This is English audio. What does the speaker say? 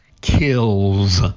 kills